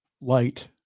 light